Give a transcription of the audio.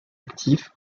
actif